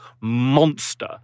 monster